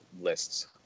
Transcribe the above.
lists